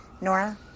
Nora